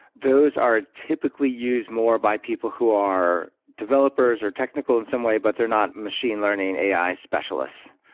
those are typically used more by people who are developers or technical in some way, but they're not machine learning ai specialists.